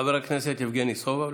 חבר הכנסת יבגני סובה,